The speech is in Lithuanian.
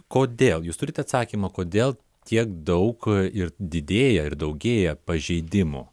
kodėl jūs turite atsakymą kodėl tiek daug ir didėja ir daugėja pažeidimų